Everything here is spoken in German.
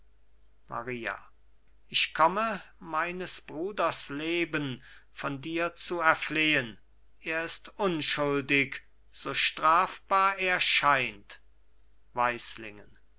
maria ich komme meines bruders leben von dir zu erflehen er ist unschuldig so strafbar er scheint